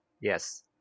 Yes